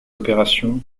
opérations